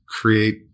create